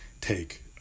take